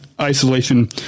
isolation